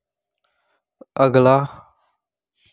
अगला